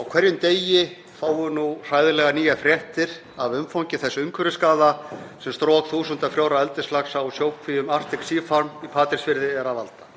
Á hverjum degi fáum við nú hræðilega nýjar fréttir af umfangi þess umhverfisskaða sem strok þúsunda frjórra eldislaxa úr sjókvíum Arctic Seafarm í Patreksfirði er að valda.